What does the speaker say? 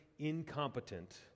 incompetent